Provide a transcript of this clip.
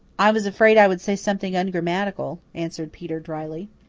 i was afraid i would say something ungrammatical, answered peter drily.